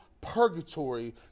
purgatory